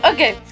Okay